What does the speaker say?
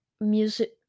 Music